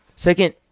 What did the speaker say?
Second